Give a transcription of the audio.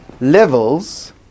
levels